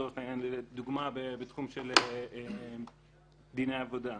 לדוגמה בתחום של דיני עבודה.